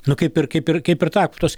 nu kaip ir kaip ir kaip ir tą tos